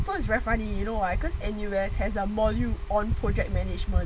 so it's very funny because right N_U_S has a module on project management